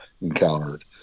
encountered